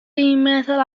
feddwl